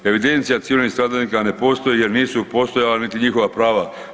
Evidencija civilnih stradalnika ne postoji jer nisu postojala niti njihova prava.